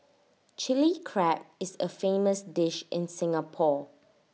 Chilli Crab is A famous dish in Singapore